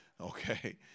Okay